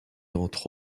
entre